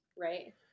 right